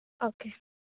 okay